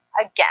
Again